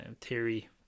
theory